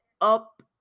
up